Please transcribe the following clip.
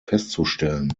festzustellen